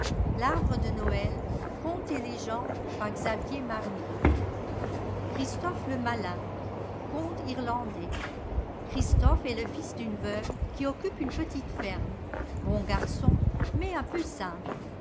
christophe le maux conte inandais cliristophe est le fils d'une veuve qui occupe une petite ferme bon garçon mais un peu simple